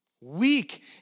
Weak